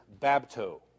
babto